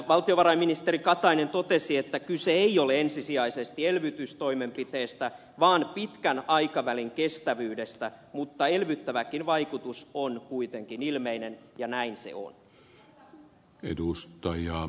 valtiovarainministeri katainen totesi että kyse ei ole ensisijaisesti elvytystoimenpiteestä vaan pitkän aikavälin kestävyydestä mutta elvyttäväkin vaikutus on kuitenkin ilmeinen ja näin se on